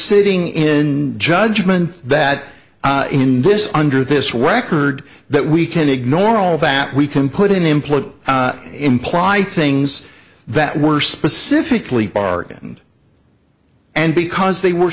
sitting in judgment that in this under this record that we can ignore all that we can put in employer imply things that were specifically bargain and because they were